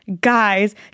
guys